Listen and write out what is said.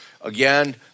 Again